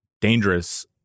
dangerous